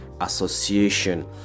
association